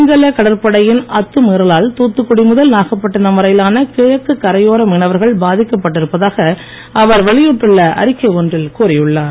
சிங்கள கடற்படையின் அத்துமீறலால் துத்துக்குடி முதல் நாகப்பட்டிணம் வரையிலான கிழக்கு கரையோர மீனவர்கள் பாதிக்கப்பட்டிருப்பதாக அவர் வெளியிட்டுள்ள அறிக்கை ஒன்றில் கூறி உள்ளார்